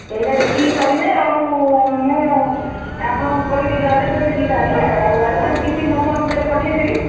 ସେଇଟା ଦେଖିକି କରିବେ ଆଉ ମୁଁ ଆପଣଙ୍କୁ କହିଦେଲି ଅର୍ଡର୍ ଦେଇଦେଲି ତାହେଲେ ଆଉ ଆଡଭାନ୍ସ କିଛି ମୁଁ ଫୋନ୍ ପେରେ ପଠେଇଦେବି